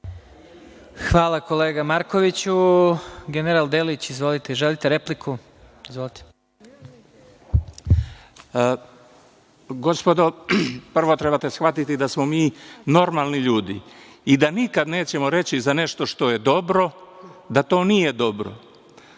Hvala, kolega Markoviću. Generale Deliću, izvolite. Želite repliku? Izvolite. **Božidar Delić** Gospodo, prvo trebate shvatiti da smo mi normalni ljudi i da nikad nećemo reći za nešto što je dobro da to nije dobro. Znači,